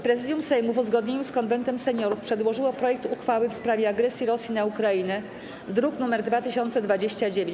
Prezydium Sejmu w uzgodnieniu z Konwentem Seniorów przedłożyło projekt uchwały w sprawie agresji Rosji na Ukrainę, druk nr 2029.